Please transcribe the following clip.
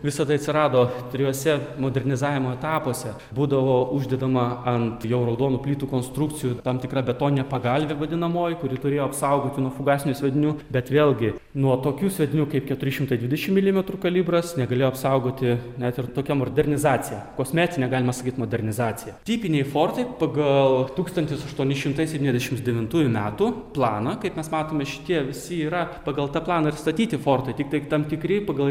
visa tai atsirado trijose modernizavimo etapuose būdavo uždedama ant jau raudonų plytų konstrukcijų tam tikra betoninė pagalvė vadinamoji kuri turėjo apsaugoti nuo fugasinių sviedinių bet vėlgi nuo tokių sviedinių kaip keturi šimtai dvidešim milimetrų kalibras negalėjo apsaugoti net ir tokia modernizacija kosmetinė galima sakyti modernizacija tipiniai fortai pagal tūkstantis aštuoni šimtai septyniasdešim devintųjų metų planą kaip mes matome šitie visi yra pagal tą planą ir statyti fortai tiktai tam tikri pagal